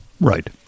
Right